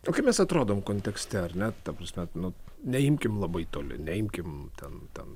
o kaip mes atrodom kontekste ar ne ta prasme nu neimkim labai toli neimkim ten ten